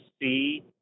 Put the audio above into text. see